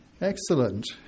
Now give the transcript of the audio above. Excellent